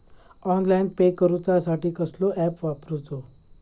Online pay करूचा साठी कसलो ऍप वापरूचो?